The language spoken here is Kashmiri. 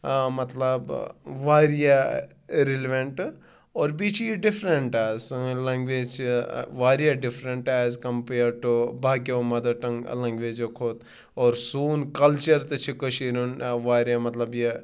مطلب واریاہ رٮ۪لِوَیٚنٛٹ اور بیٚیہِ چھِ یہِ ڈِفرَنٛٹ حظ سٲنۍ لَنگویج چھِ واریاہ ڈِفرَنٛٹ ایز کمپیرڑ ٹُوٚ باقیو مَدَر ٹںٛگ لَنگویجو کھۄتہٕ اور سون کَلچر تہِ چھِ کٔشیٖرِ ہُنٛد واریاہ مطلب یہِ